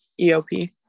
EOP